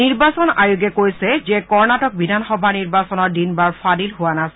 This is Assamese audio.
নিৰ্বাচন আয়োগে কৈছে যে কৰ্ণাটক বিধানসভা নিৰ্বাচনৰ দিন বাৰ ফাদিল হোৱা নাছিল